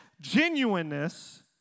genuineness